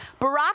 Barack